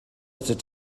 atat